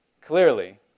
Clearly